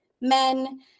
men